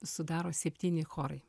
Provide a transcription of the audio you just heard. sudaro septyni chorai